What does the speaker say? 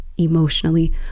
emotionally